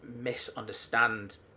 misunderstand